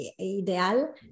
ideal